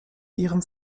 ihrem